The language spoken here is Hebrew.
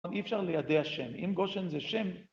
אבל אי אפשר לידע השם, אם גושן זה שם